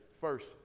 first